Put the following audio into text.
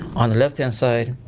on the left-hand side,